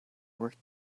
work